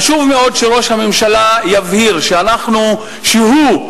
חשוב מאוד שראש הממשלה יבהיר שהוא וממשלתו